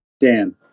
Dan